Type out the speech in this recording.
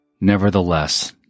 Nevertheless